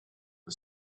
for